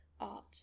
art